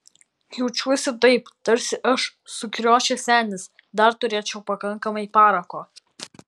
jaučiuosi taip tarsi aš sukriošęs senis dar turėčiau pakankamai parako